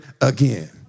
again